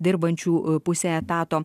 dirbančių pusė etato